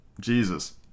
Jesus